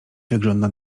wygląda